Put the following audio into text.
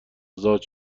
ازاد